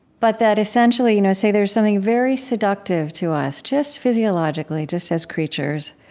but that essentially you know, say there's something very seductive to us, just physiologically, just as creatures,